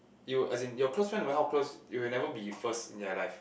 you will as in your close friends will not close you will never be first in their life